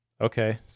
okay